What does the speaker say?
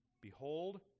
behold